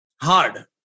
hard